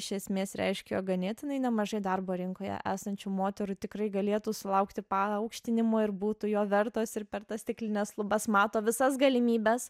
iš esmės reiškia ganėtinai nemažai darbo rinkoje esančių moterų tikrai galėtų sulaukti paaukštinimo ir būtų jo vertos ir per tas stiklines lubas mato visas galimybes